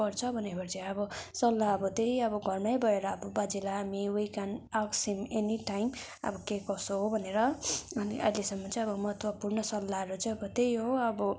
पर्छ भनेपछि अब सल्लाह अब त्यही घरमै भएर बाजेलाई हामी वी क्यान आक्स हिम एनी टाइम के कसो हो भनेर अनि आइलेसम्म चाहिँ अब महत्त्वपूर्ण सल्लाहहरू चाहिँ त्यही हो अब